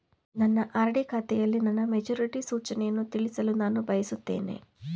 ನನ್ನ ಆರ್.ಡಿ ಖಾತೆಯಲ್ಲಿ ನನ್ನ ಮೆಚುರಿಟಿ ಸೂಚನೆಯನ್ನು ತಿಳಿಯಲು ನಾನು ಬಯಸುತ್ತೇನೆ